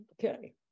Okay